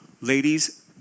Ladies